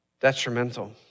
detrimental